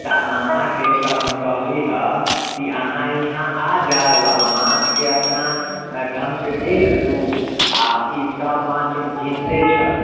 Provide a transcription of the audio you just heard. तऽ अहाँके तऽ हम कहली हऽ कि अहाँ यहाँ आ जाउ आ माछके अपना ढङ्गसँ देख लू आओर ई सभ माछमे जिन्दे छै